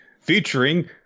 featuring